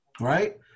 right